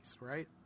right